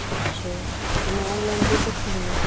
اچھا تو میں آن لائن دے سکتی ہوں نا